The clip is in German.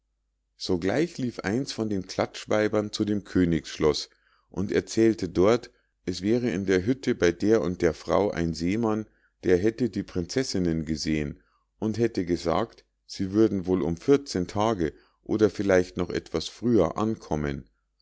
sogleich lief eins von den klatschweibern zu dem königsschloß und erzählte dort es wäre in der hütte bei der und der frau ein seemann der hätte die prinzessinnen gesehen und hätte gesagt sie würden wohl um vierzehn tage oder vielleicht noch etwas früher ankommen